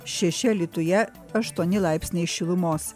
šeši alytuje aštuoni laipsniai šilumos